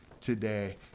today